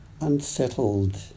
unsettled